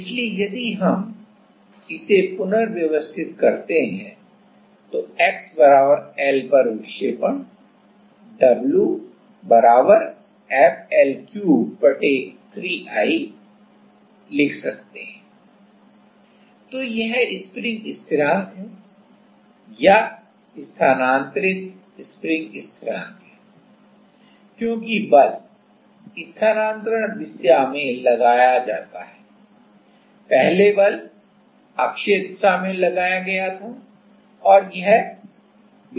इसलिए यदि हम इसे पुनर्व्यवस्थित करते हैं तो x L पर विक्षेपण w F L cube EI लिख सकते हैं तो यह स्प्रिंग स्थिरांकहै या स्थानांतरित स्प्रिंग स्थिरांकहै क्योंकि बल स्थानांतरण दिशा में लगाया जाता है पहले बल अक्षीय दिशा में लगाया गया था और यह विक्षेपण है